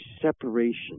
separation